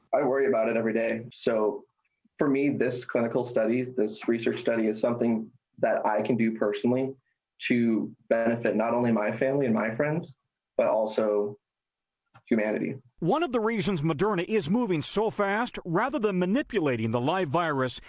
i worry about it every day. so for me, this clinical study this resear study, is something i can do personally to benefit not only my family and my friends but also humanity. one of the reasons moderna is moving so fast, rather than manipulating the live virus,